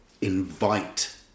invite